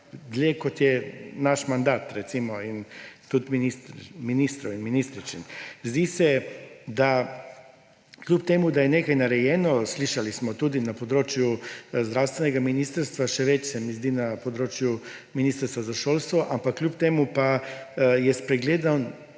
kot je naš mandat, recimo, in tudi ministrov in ministričin. Zdi se, kljub temu da je nekaj narejeno – slišali smo tudi na področju zdravstvenega ministrstva, še več se mi zdi na področju ministrstva za šolstvo. Ampak kljub temu se mi zdi, da